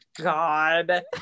God